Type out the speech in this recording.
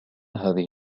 هذه